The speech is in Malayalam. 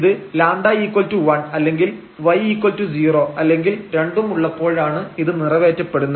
ഇത് λ1 അല്ലെങ്കിൽ y0 അല്ലെങ്കിൽ രണ്ടും ഉള്ളപ്പോഴാണ് ഇത് നിറവേറ്റപ്പെടുന്നത്